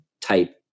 type